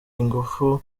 ingufu